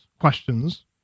questions